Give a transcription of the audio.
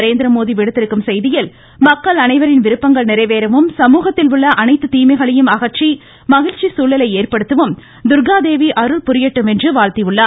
நரேந்திரமோடி விடுத்திருக்கும் செய்தியில் மக்கள் அனைவரின் விருப்பங்கள் நிறைவேறவும் சமூகத்தில் உள்ள அனைத்து தீமைகளையும் அகற்றி மகிழ்ச்சி சூழலை ஏற்ப்டுத்தவும் துர்காதேவி அருள் புரியட்டும் என்று வாழ்த்தியுள்ளார்